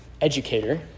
educator